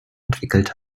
entwickelt